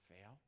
fail